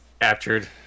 Captured